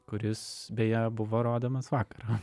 kuris beje buvo rodomas vakar